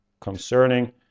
concerning